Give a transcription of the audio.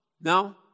no